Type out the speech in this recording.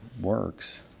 works